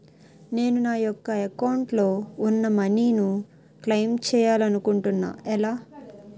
నేను నా యెక్క అకౌంట్ లో ఉన్న మనీ ను క్లైమ్ చేయాలనుకుంటున్నా ఎలా?